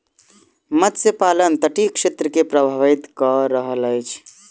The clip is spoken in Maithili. मत्स्य पालन तटीय क्षेत्र के प्रभावित कय रहल अछि